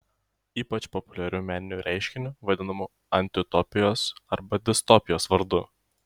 ypač populiariu meniniu reiškiniu vadinamu antiutopijos arba distopijos vardu